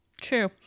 True